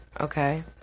okay